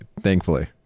thankfully